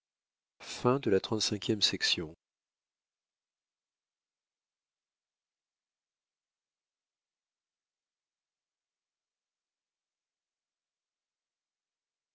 de la chanson